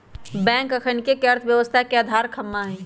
bank अखनिके अर्थव्यवस्था के अधार ख़म्हा हइ